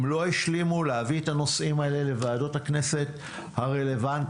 אם לא השלימו להביא את הנושאים האלה לוועדות הכנסת הרלוונטיות,